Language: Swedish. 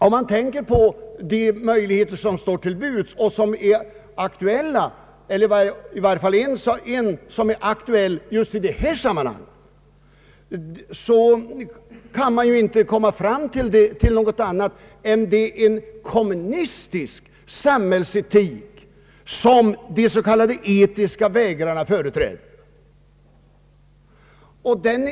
En av de möjligheter som står till buds och som är aktuell i det här sammanhanget är en kommunistisk samhällsetik som de s.k. etiska vägrarna företräder.